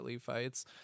fights